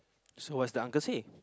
so what's the uncle say